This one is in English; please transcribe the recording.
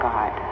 God